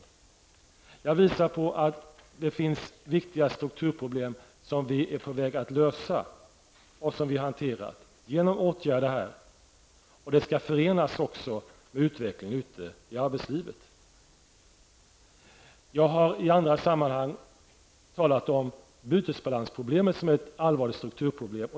Jag har också visat på att det finns viktiga strukturproblem som vi är på väg att lösa och som vi har hanterat genom olika åtgärder. Detta skall förenas också med utvecklingen i arbetslivet. Jag har i andra sammanhang talat om bytesbalansproblemet som ett allvarligt strukturproblem.